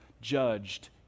judged